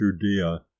Judea